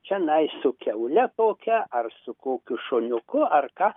čianais su kiaule kokia ar su kokiu šuniuku ar ką